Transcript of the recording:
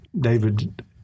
David